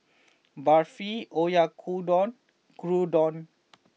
Barfi Oyakodon Gyudon